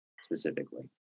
specifically